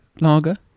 lager